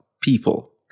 people